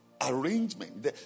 Arrangement